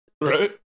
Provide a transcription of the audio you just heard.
Right